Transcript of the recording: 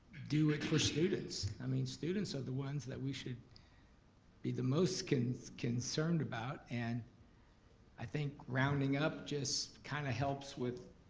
do it for students. i mean, students are the ones that we should be the most concerned about, and i think rounding up just kind of helps with